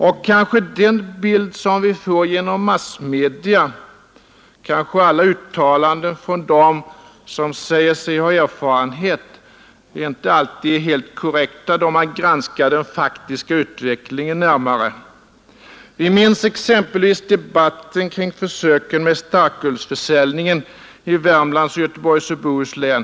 Och kanske den bild som vi får genom massmedia och alla uttalanden från dem som säger sig ha erfarenhet inte alltid är helt korrekta då man granskar den faktiska utvecklingen. Vi minns exempelvis debatten kring försöken med starkölsförsäljning i Värmland och Göteborgs och Bohus län.